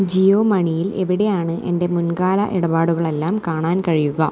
ജിയോ മണിയിൽ എവിടെയാണ് എൻ്റെ മുൻകാല ഇടപാടുകളെല്ലാം കാണാൻ കഴിയുക